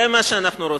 זה מה שאנחנו רוצים.